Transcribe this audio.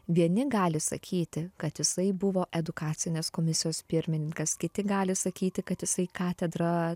vieni gali sakyti kad jisai buvo edukacinės komisijos pirmininkas kiti gali sakyti kad jisai katedrą